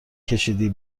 کشیدی